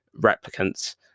replicants